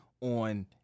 on